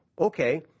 okay